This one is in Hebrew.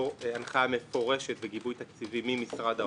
הנחייה מפורשת וגיבוי תקציבי ממשרד האוצר.